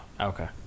Okay